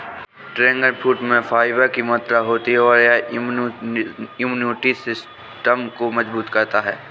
dragon fruit में fibre की मात्रा होती है और यह इम्यूनिटी सिस्टम को मजबूत करता है